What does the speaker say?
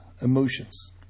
emotions